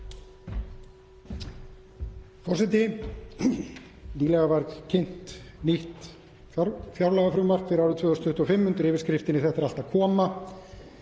forseti. Nýlega var kynnt nýtt fjárlagafrumvarp fyrir árið 2025 undir yfirskriftinni „Þetta er allt að koma“.